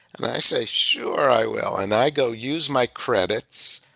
and i say, sure, i will, and i go use my credits,